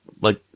like-